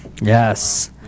Yes